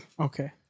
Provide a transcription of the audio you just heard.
Okay